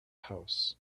house